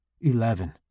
Eleven